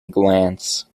glance